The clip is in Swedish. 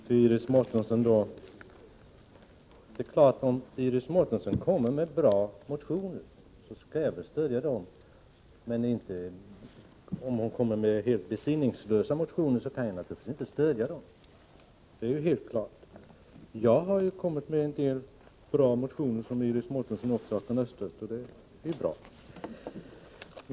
Herr talman! Om Iris Mårtensson väcker bra motioner skall jag stödja dem, men om hon väcker besinningslösa motioner kan jag naturligtvis inte stödja dem. Jag har väckt en del bra motioner, som Iris Mårtensson har kunnat stödja, och det är bra.